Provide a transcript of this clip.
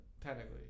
technically